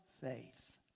faith